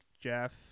jeff